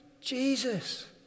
Jesus